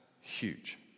huge